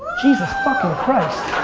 jesus fucking christ!